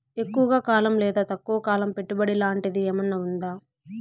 ఎక్కువగా కాలం లేదా తక్కువ కాలం పెట్టుబడి లాంటిది ఏమన్నా ఉందా